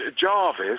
Jarvis